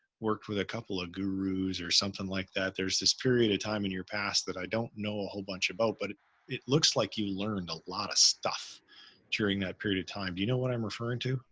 worked with a couple of gurus or something like that. there's this period of time in your past that, i don't know, a whole bunch of boat, but it looks like you learned a lot of stuff during that period of time. do you know what i'm referring to